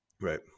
Right